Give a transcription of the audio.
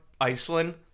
Iceland